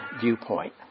viewpoint